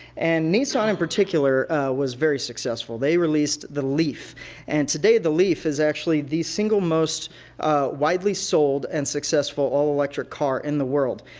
and nissan in particular was very successful. they released the leaf and today the leaf is actually the single most widely sold and successful all-electric car in the world.